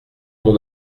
mon